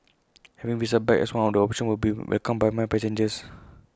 having visa back as one of the options will be welcomed by my passengers